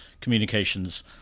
communications